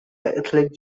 ethnic